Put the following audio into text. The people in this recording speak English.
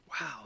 Wow